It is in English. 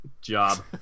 job